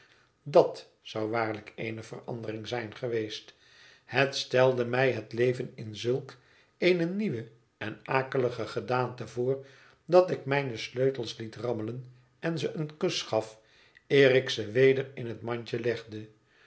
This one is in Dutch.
dat zou waarlijk eene ver andering zijn geweest het stelde mij het leven in zulk eene nieuwe en akelige gedaante voor dat ik mijne sleutels liet rammelen en ze een kus gaf eer ik ze weder in het mandje legde